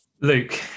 Luke